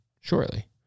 shortly